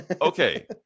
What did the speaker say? okay